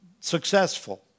successful